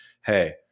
hey